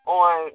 on